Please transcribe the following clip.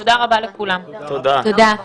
תודה רבה, הישיבה נעולה.